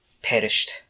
perished